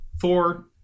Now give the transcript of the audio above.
four